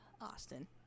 Austin